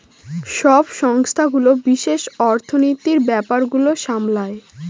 সব সংস্থাগুলো বিশেষ অর্থনীতির ব্যাপার গুলো সামলায়